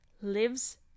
lives